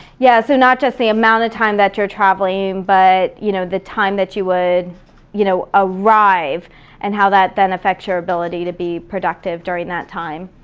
yeah, so not just the amount of time that you're traveling, but you know the time that you would you know ah arrive and how that then affects your ability to be productive during that time.